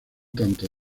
tanto